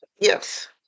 yes